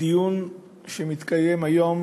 הדיון שמתקיים היום